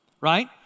Right